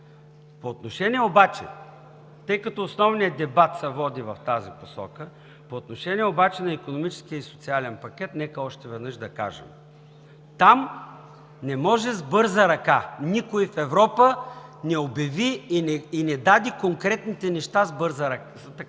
се наложи да удължи. Основният дебат се води в тази посока. По отношение на икономическия и социален пакет, нека още веднъж да кажем – там не може с бърза ръка, никой в Европа не обяви и не даде конкретните неща на бърза ръка!